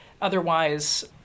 Otherwise